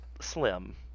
Slim